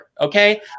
okay